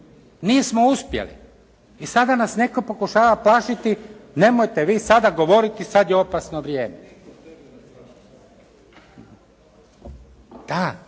Nismo uspjeli i sada nas netko pokušava plašiti nemojte vi sada govoriti, sad je opasno vrijeme. Da,